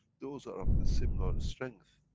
those are of the similar strength,